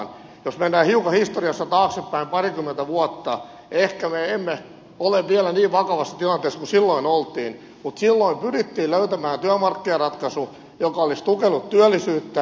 jos mennään hiukan historiassa taaksepäin parikymmentä vuotta ehkä me emme ole vielä niin vakavassa tilanteessa kuin silloin oltiin mutta silloin pyrittiin löytämään työmarkkinaratkaisu joka olisi tukenut työllisyyttä